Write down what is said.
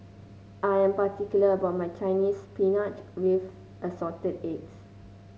I am particular about my Chinese Spinach with Assorted Eggs